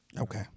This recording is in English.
Okay